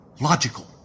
logical